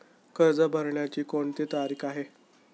कर्ज भरण्याची कोणती तारीख आहे?